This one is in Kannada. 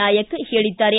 ನಾಯಕ್ ಹೇಳಿದ್ದಾರೆ